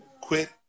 quit